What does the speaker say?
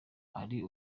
ari